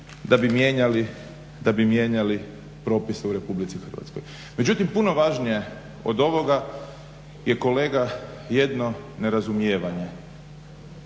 da bi mijenjali propise u RH. Međutim puno važnije od ovoga je kolega jedno nerazumijevanje.